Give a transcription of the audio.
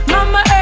Mama